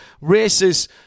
races